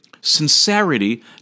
Sincerity